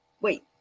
wait